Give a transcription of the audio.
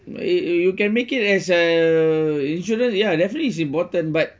you you can make it as a insurance ya definitely is important but